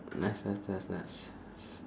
nice nice nice nice